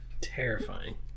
Terrifying